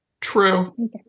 true